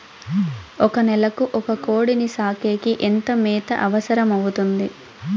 ఒక నెలకు ఒక కోడిని సాకేకి ఎంత మేత అవసరమవుతుంది?